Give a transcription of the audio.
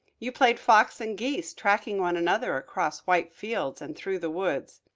you played fox and geese, tracking one another across white fields and through the woods.